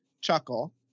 chuckle